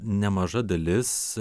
nemaža dalis